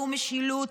והוא משילות,